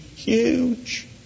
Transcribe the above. huge